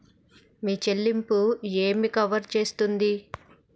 మీ చెల్లింపు ఏమి కవర్ చేస్తుంది?